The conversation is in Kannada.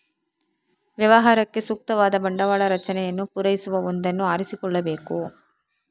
ವ್ಯವಹಾರಕ್ಕೆ ಸೂಕ್ತವಾದ ಬಂಡವಾಳ ರಚನೆಯನ್ನು ಪೂರೈಸುವ ಒಂದನ್ನು ಆರಿಸಿಕೊಳ್ಳಬೇಕು